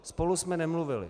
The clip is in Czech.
Spolu jsme nemluvili.